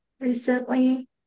recently